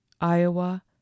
iowa